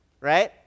right